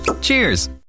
Cheers